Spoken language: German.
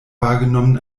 wahrgenommen